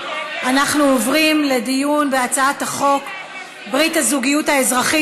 אנחנו עוברים לדיון בהצעת חוק ברית הזוגיות האזרחית,